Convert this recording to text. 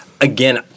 again